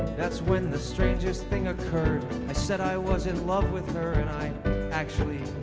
that's when the strangest thing occurred i said i was in love with her and i actually